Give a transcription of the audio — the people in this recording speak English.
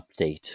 update